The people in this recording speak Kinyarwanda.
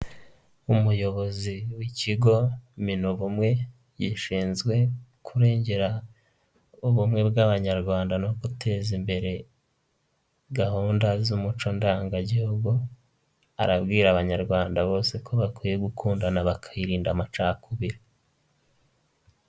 Umuyobozi w'ikigo Minubumwe gishinzwe kurengera ubumwe bw'Abanyarwanda no guteza imbere gahunda z'umuco ndangagihugu, arabwira Abanyarwanda bose ko bakwiye gukundana bakirinda amacakubiri.